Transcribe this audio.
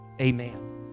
amen